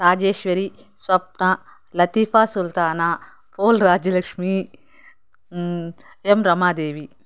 రాజేశ్వరి స్వప్న లతీఫా సుల్తానా పోల్ రాజ్యలక్ష్మీ ఏం రమాదేవి